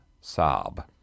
sob